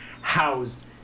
housed